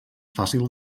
fàcil